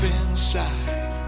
inside